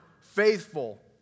faithful